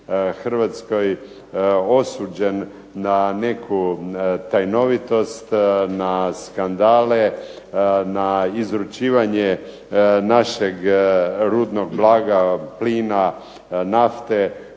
Hrvatskoj osuđen na neku tajnovitost, na skandale, na izručivanje našeg rudnog blaga, plina, nafte